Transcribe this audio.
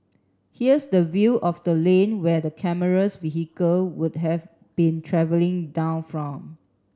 here's the view of the lane where the camera's vehicle would have been travelling down from